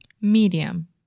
Medium